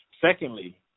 secondly